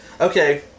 Okay